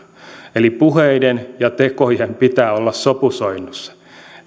eli puheiden ja tekojen pitää olla sopusoinnussa